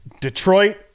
Detroit